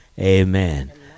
Amen